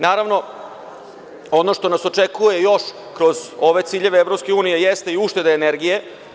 Naravno, ono što nas očekuje još kroz ove ciljeve EU jeste i ušteda energije.